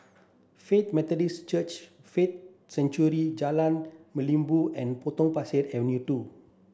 Faith Methodist Church Faith Sanctuary Jalan Merlimau and Potong Pasir Avenue two